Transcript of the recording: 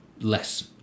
less